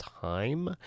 time